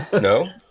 No